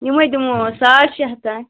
یمے دِمو وۄنۍ ساڑ شیٚے ہتھ تانۍ